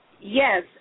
Yes